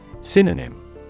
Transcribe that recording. Synonym